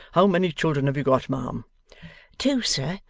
how many children have you got, ma'am two, sir,